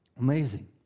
Amazing